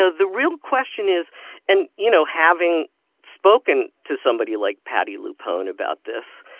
ah the real question is and, you know, having spoken to somebody like patti lupone about this,